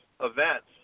events